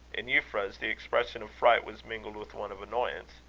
in euphra's, the expression of fright was mingled with one of annoyance.